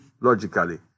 logically